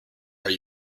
are